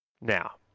now